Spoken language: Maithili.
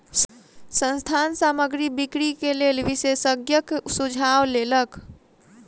संस्थान सामग्री बिक्री के लेल विशेषज्ञक सुझाव लेलक